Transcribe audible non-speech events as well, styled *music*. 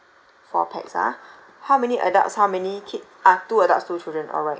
four pax ah *breath* how many adults how many kids ah two adults two children alright